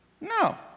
no